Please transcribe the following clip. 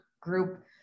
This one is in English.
group